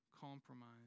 compromise